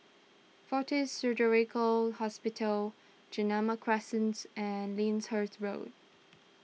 fortis Surgical Hospital Guillemard Crescent and Lyndhurst Road